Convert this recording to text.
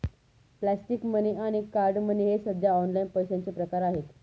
plastic money आणि card money हे सध्या ऑनलाइन पैशाचे प्रकार आहेत